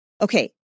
Okay